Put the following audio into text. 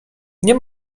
nie